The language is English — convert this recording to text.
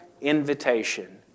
invitation